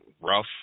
rough